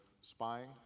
spying